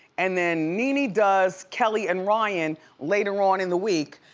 and then nene does kelly and ryan later on in the week,